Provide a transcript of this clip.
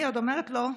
אני עוד אומרת לו: